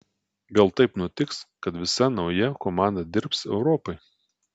gal taip nutiks kad visa nauja komanda dirbs europai